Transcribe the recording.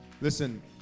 Listen